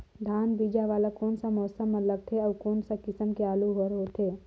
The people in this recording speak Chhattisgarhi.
धान बीजा वाला कोन सा मौसम म लगथे अउ कोन सा किसम के आलू हर होथे?